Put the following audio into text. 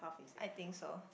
I think so